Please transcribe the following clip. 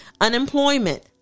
unemployment